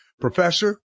Professor